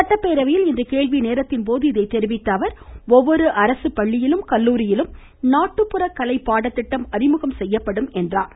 சட்டப்பேரவையில் இன்று கேள்விநேரத்தின் இதை தெரிவித்த அவர் ஒவ்வொரு அரசுப்பள்ளியிலும் கல்லூரியிலும் நாட்டுப்புற கலை பாடத்திட்டம் அறிமுகப்படுத்தப்படும் என்று கூறினார்